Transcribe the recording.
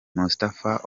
mustafa